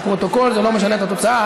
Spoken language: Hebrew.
זה לא משנה את התוצאה.